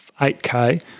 8K